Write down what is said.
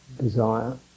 Desire